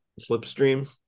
slipstream